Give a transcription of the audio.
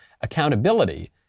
Accountability